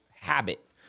habit